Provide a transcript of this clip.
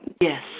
Yes